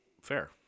Fair